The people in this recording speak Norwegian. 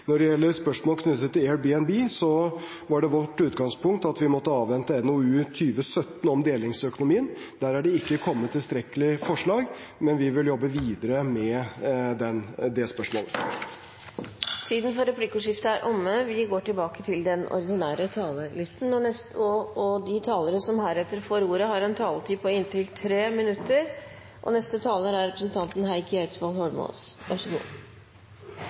Når det gjelder spørsmål knyttet til Airbnb, var det vårt utgangspunkt at vi måtte avvente NOU 2017:4, om delingsøkonomien. Der er det ikke kommet tilstrekkelig forslag, men vi vil jobbe videre med det spørsmålet. Replikkordskiftet er dermed omme. De talere som heretter får ordet, har en taletid på inntil 3 minutter. Tusen takk til komiteen for arbeidet deres. Som styreleder i et sameie her i byen vil jeg rose komiteen for to ting de har gjort, og så